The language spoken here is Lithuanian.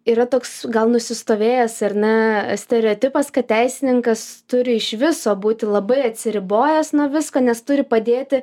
yra toks gal nusistovėjęs ar ne stereotipas kad teisininkas turi iš viso būti labai atsiribojęs nuo visko nes turi padėti